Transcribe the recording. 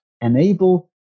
enable